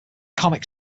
comic